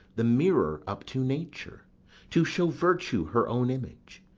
the mirror up to nature to show virtue her own image,